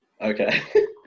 Okay